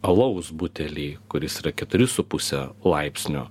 alaus butelį kuris yra keturi su puse laipsnio